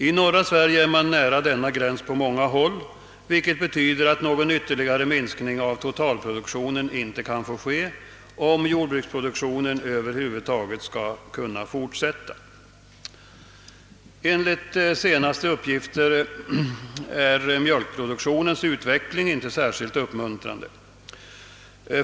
I norra Sverige är man nära denna gräns på många håll, vilket betyder att någon ytterligare minskning av totalproduktionen inte kan få ske, om jordbruksproduktionen över huvud taget skall kunna fortsätta. Enligt senaste uppgifter är mjölkproduktionens utveckling inte särskilt uppmuntrande.